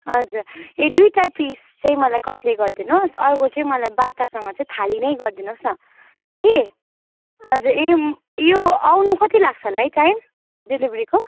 हजुर ए दुइटा पिस चाहिँ मलाई कत्ले गरिदिनुहोस अर्को चाहिँ मलाई बाटासँग चै थाली नै गरिदिनुहोस न कि हजुर ए यो आउनु कति लाग्छ होला है टाइम डेलिभेरीको